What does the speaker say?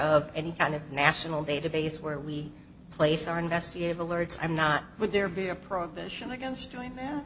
of any kind of national database where we place our investigative alerts i'm not would there be a prohibition against doing that